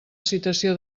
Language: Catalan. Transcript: citació